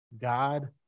God